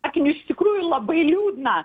ak iš tikrųjų labai liūdna